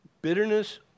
Bitterness